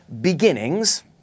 Beginnings